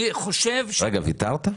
רגע, ויתרת?